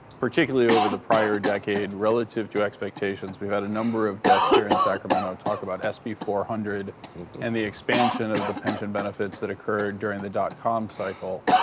particularly over the prior decade relative to expectations. we've had a number of guests here in sacramento talk about sb four hundred and the expansion of the pension benefits that occurred during the dot-com cycle,